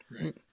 Right